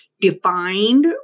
defined